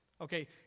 Okay